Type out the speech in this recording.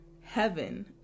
heaven